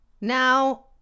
Now